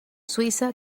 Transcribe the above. suiza